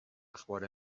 اخبار